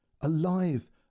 alive